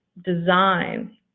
design